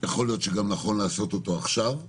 יכול להיות שגם נכון לעשות אותו עכשיו.